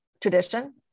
Tradition